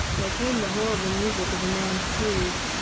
there came the horrible music of a man's tears.